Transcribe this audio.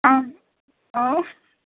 आम् ओ